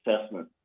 Assessment